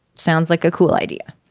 sounds like a cool idea.